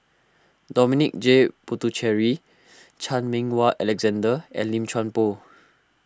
Dominic J Puthucheary Chan Meng Wah Alexander and Lim Chuan Poh